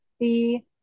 see